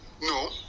No